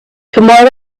tomorrow